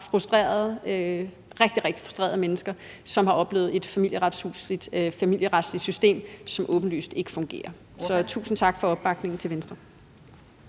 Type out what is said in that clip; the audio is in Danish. fra rigtig, rigtig frustrerede mennesker, som har oplevet et familieretsligt system, som åbenlyst ikke fungerer. Så tusind tak til Venstre